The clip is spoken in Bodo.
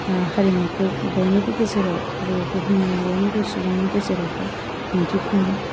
हारिमुखौ बयनिबो गेजेराव बे बुहुमनि बयनिबो सुबुंनि गेजेरावहाय दिन्थिफुं